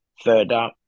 further